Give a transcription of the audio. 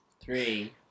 Three